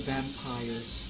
Vampires